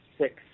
Six